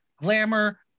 Glamour